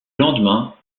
lendemain